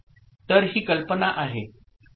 तर ही कल्पना आहे